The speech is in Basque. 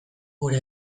gure